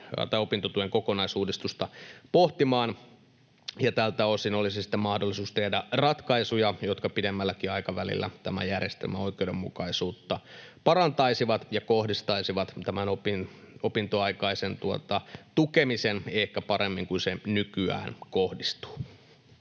opintotuen kokonaisuudistusta pohtimaan, ja tältä osin olisi sitten mahdollisuus tehdä ratkaisuja, jotka pidemmälläkin aikavälillä tämän järjestelmän oikeudenmukaisuutta parantaisivat ja kohdistaisivat tämän opintoaikaisen tukemisen ehkä paremmin kuin se nykyään kohdistuu.